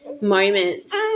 moments